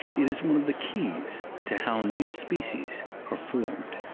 it is one of the keys to how new species are formed.